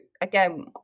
again